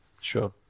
Sure